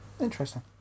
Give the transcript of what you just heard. interesting